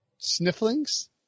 Snifflings